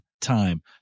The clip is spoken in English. time